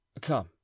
Come